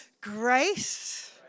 grace